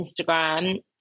Instagram